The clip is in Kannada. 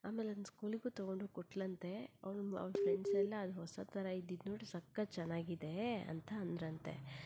ಆಮೇಲದ್ನ ಸ್ಕೂಲಿಗೂ ತೊಗೊಂಡು ಹೋಗಿ ಕೊಟ್ಟಳಂತೆ ಅವ್ಳ ಫ್ರೆಂಡ್ಸ್ ಎಲ್ಲ ಅದು ಹೊಸ ಥರ ಇದ್ದಿದ್ದು ನೋಡಿ ಸಖತ್ ಚೆನ್ನಾಗಿದೆ ಅಂತ ಅಂದರಂತೆ